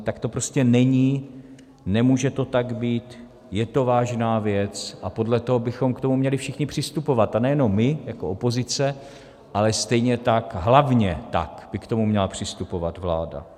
Tak to prostě není, nemůže to tak být, je to vážná věc a podle toho bychom k tomu měli všichni přistupovat, a nejenom my jako opozice, ale stejně tak, hlavně tak, by k tomu měla přistupovat vláda.